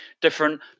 different